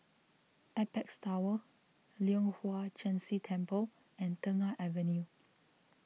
Apex Tower Leong Hwa Chan Si Temple and Tengah Avenue